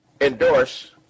endorse